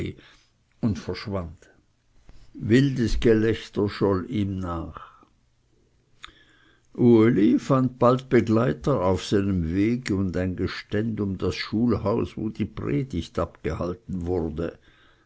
und verschwand wildes gelächter scholl ihm nach uli fand bald begleiter auf seinem wege und ein geständ um das schulhaus wo die predigt abgehalten wurde